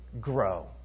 Grow